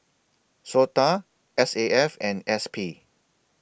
Sota S A F and S P